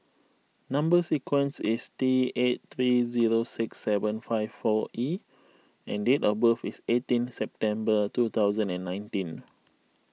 Number Sequence is T eight three zero six seven five four E and date of birth is eighteen September two thousand and nineteen